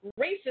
racist